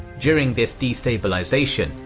during this destabilization,